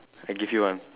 I give you one